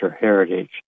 heritage